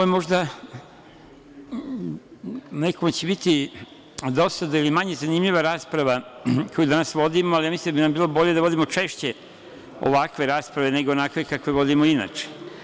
Nekome će biti dosadno i manje zanimljiva rasprava koju danas vodimo, ja mislim da bi nam bilo bolje da vodimo češće ovakve rasprave nego onakve kakve vodimo inače.